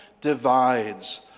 divides